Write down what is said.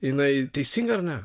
jinai teisinga ar ne